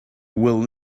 will